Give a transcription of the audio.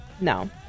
No